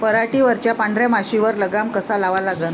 पराटीवरच्या पांढऱ्या माशीवर लगाम कसा लावा लागन?